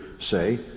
say